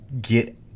get